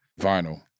vinyl